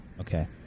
okay